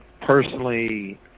personally